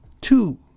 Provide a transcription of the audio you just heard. two